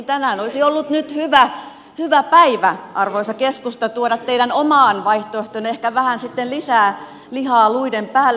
tänään olisi ollut nyt hyvä päivä arvoisa keskusta tuoda teidän omaan vaihtoehtoonne ehkä vähän sitten lisää lihaa luiden päälle